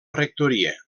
rectoria